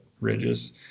ridges